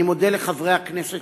אני מודה לחברי הכנסת